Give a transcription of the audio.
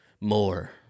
more